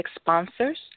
sponsors